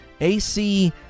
AC